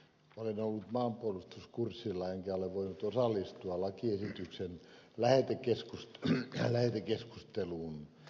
olen ollut maanpuolustuskurssilla enkä ole voinut osallistua lakiesityksen lähetekeskusteluun